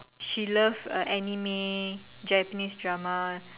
she love anime Japanese drama